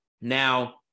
Now